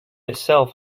itself